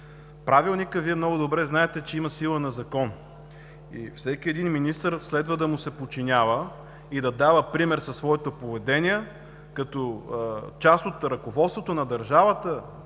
отговори. Вие много добре знаете, че Правилникът има сила на закон и всеки един министър следва да му се подчинява и да дава пример със своето поведение, като част от ръководството на държавата